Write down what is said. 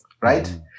right